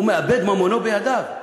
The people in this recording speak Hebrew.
הוא מאבד ממונו בידיו.